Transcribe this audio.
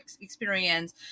experience